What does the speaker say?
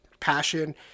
passion